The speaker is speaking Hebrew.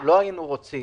לא היינו רוצים